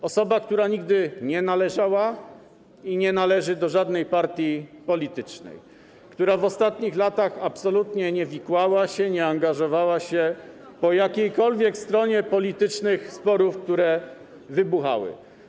To osoba, która nigdy nie należała ani nie należy do żadnej partii politycznej, która w ostatnich latach absolutnie nie wikłała się, nie angażowała się po którejkolwiek stronie politycznych sporów, które wybuchały.